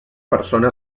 persona